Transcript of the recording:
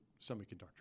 semiconductor